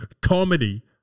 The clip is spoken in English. comedy